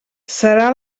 serà